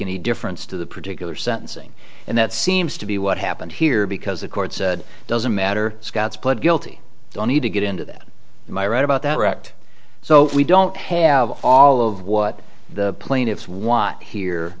any difference to the particular sentencing and that seems to be what happened here because the court said it doesn't matter scott's pled guilty don't need to get into that my right about that wrecked so we don't have all of what the plaintiffs want here